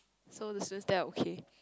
so the students there are okay